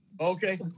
okay